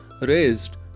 raised